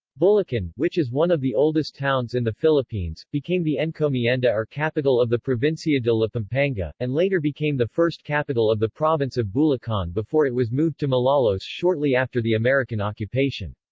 bulakan, which is one of the oldest towns in the philippines, became the encomienda or capital of the provincia de la pampanga, and later became the first capital of the province of bulacan before it was moved to malolos shortly after the american occupation.